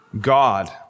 God